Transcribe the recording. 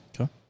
Okay